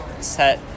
set